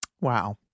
Wow